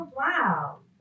wow